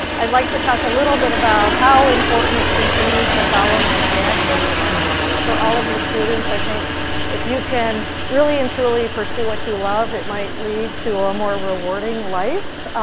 i'd like to talk a little bit about how important it's been to me to follow my passion, and for all of you students, i think if you can really and truly pursue what you love, it might lead to a more rewarding life.